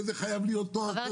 וזה חייב להיות תואר כזה.